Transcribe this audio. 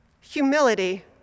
humility